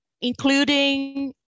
including